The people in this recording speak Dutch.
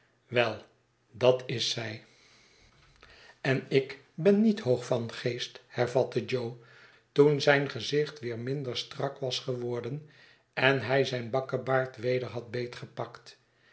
wel dat is zij en ik ben niet hoog van geest hervatte jo toen zijn gezicht weer minder strak was geworden en hij zijn bakkebaard weder had